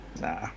Nah